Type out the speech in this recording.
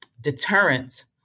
deterrent